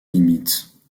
limites